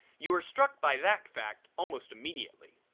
you are struck by that fact almost immediately.